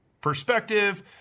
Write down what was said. perspective